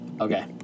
Okay